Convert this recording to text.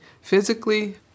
physically